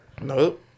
Nope